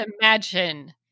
imagine